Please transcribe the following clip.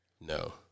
No